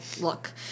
look